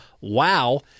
wow